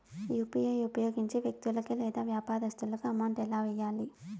UPI ఉపయోగించి వ్యక్తులకు లేదా వ్యాపారస్తులకు అమౌంట్ ఎలా వెయ్యాలి